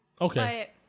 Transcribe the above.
Okay